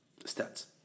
stats